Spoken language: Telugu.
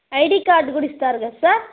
ఐడి కార్డు కూడా ఇస్తారు కదా సార్